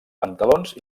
pantalons